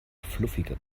fluffiger